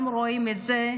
גם רואים את זה